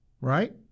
Right